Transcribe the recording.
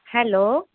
hello